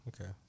Okay